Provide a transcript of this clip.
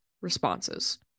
responses